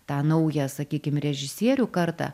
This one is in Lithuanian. tą naują sakykim režisierių kartą